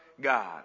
God